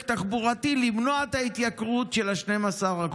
תחבורתי כדי למנוע את ההתייקרות של ה-12%.